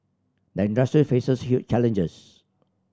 the industry faces huge challenges